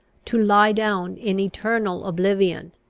to lie down in eternal oblivion,